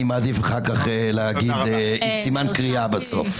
אני מעדיף אחר כך להגיד, עם סימן קריאה בסוף.